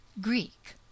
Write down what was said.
Greek